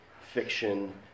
Fiction